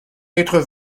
être